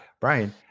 Brian